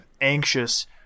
anxious